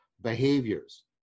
behaviors